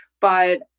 but-